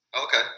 Okay